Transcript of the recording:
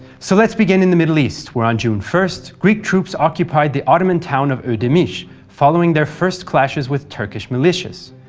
so let's begin in the middle east, where on june first, greek troops occupied the ottoman town of odemish, following their first clashes with turkish militias.